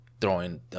throwing